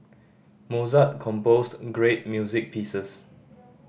Mozart composed great music pieces